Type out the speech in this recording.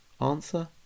Answer